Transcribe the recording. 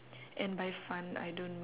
and by fun I don't